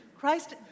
Christ